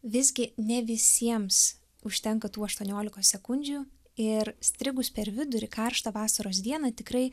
visgi ne visiems užtenka tų aštuoniolikos sekundžių ir strigus per vidurį karštą vasaros dieną tikrai